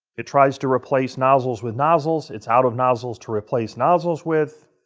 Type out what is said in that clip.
it tries to replace nozzles with nozzles. it's out of nozzles to replace nozzles with.